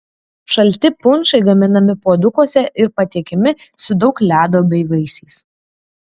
šalti punšai gaminami puodukuose ir patiekiami su daug ledo bei vaisiais